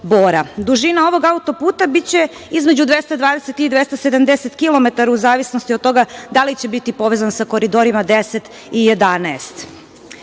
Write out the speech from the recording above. Dužina ovog autoputa biće između 220 i 270 kilometara u zavisnosti od toga da li će biti povezan sa koridorima 10 i